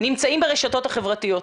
נמצאים ברשתות החברתיות.